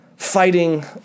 fighting